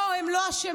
לא, הם לא אשמים.